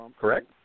correct